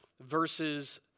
verses